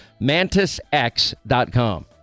MantisX.com